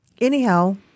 anyhow